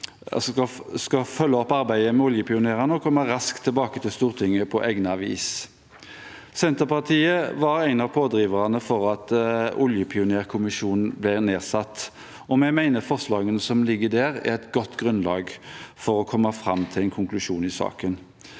skal følge opp arbeidet med oljepionerene og komme raskt tilbake til Stortinget på egnet vis. Senterpartiet var en av pådriverne for at oljepionerkommisjonen ble nedsatt, og vi mener at forslagene som ligger der, er et godt grunnlag for å komme fram til en konklusjon i saken.